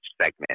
segment